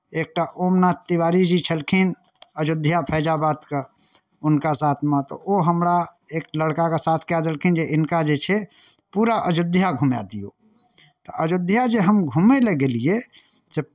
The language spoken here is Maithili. एकटा ओमनाथ तिवारीजी छलखिन अयोध्या फैजाबादके हुनका साथमे तऽ ओ हमरा एक लड़काकेँ साथ कए देलखिन जे हिनका जे छै पूरा अयोध्या घुमाए दियौ तऽ अयोध्या जे हम घूमय लए गेलियै से